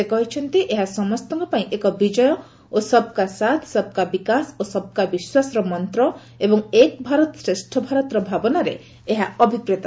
ସେ କହିଛନ୍ତି ଏହା ସମସ୍ତଙ୍କ ପାଇଁ ଏକ ବିଜୟ ଓ ସବ୍କା ସାଥ୍ ସବ୍ କା ବିକାଶ ଓ ସବ୍କା ବିଶ୍ୱାସର ମନ୍ତ୍ର ଏବଂ ଏକ୍ ଭାରତ ଶ୍ରେଷ୍ଠ ଭାରତର ଭାବନାରେ ଅଭିପ୍ରେତ